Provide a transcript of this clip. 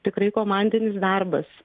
tikrai komandinis darbas